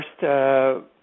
first